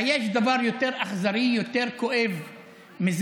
היש דבר יותר אכזרי, יותר כואב מזה,